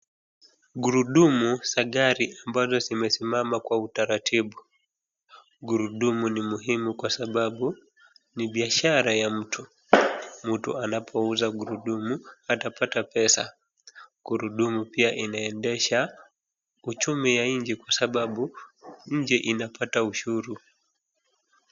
Ngurudumu za gari ambalo zimesimama kwa utaratibu .Ngurudumu ni muhimu kwa sababu ni biashara ya mtu. Mtu anapouuza ngurudumu atapata pesa. Ngurudumu pia inaendesha uchumi wa nchi kwa sababu nchi inapata ushuru.